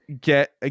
get